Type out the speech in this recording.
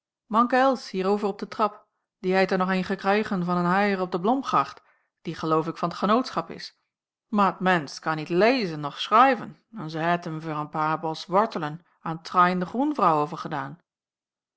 over op de trap die heit er nog ein gekreigen van n haier op de blomgracht die geloof ik van t genootschap is mair t mensch kan niet leizen noch schraiven en ze heit m veur n paar bos wortelen an train de groenvrouw overgedaan